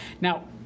Now